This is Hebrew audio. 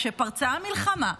כשפרצה המלחמה,